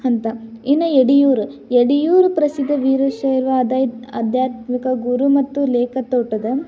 ಹಂತ ಇನ್ನು ಯಡಿಯೂರು ಯಡಿಯೂರು ಪ್ರಸಿದ್ಧ ವೀರಶೈವ ಅದೈ ಆಧ್ಯಾತ್ಮಿಕ ಗುರು ಮತ್ತು ಲೇಖ ತೋಟದ